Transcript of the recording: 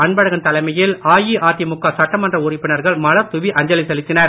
அன்பழகன் தலைமையில் அதிமுக சட்டமன்ற உறுப்பினர்கள் மலர் தூவி அஞ்சலி செலுத்தினர்